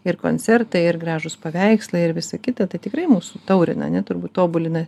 ir koncertai ir gražūs paveikslai ir visa kita tai tikrai mus sutaurina ane turbūt tobulina